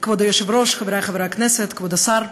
כבוד היושב-ראש, חברי חברי הכנסת, כבוד השר,